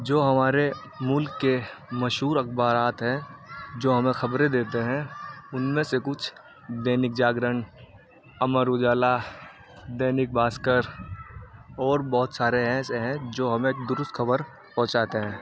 جو ہمارے ملک کے مشہور اخبارات ہیں جو ہمیں خبریں دیتے ہیں ان میں سے کچھ دینک جاگرن امر اجالا دینک بھاسکر اور بہت سارے ایسے ہیں جو ہمیں درست خبر پہنچاتے ہیں